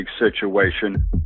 situation